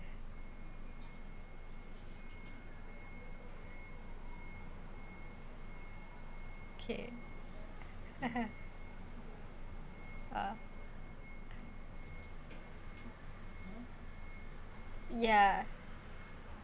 okay ah uh ya